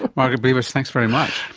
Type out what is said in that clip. but margaret beavis, thanks very much.